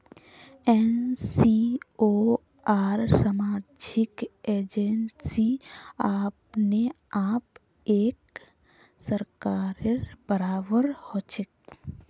NGO आर सामाजिक agency अपने आप एक सरकारेर बराबर हछेक